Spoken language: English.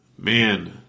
Man